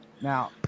Now